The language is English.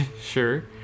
sure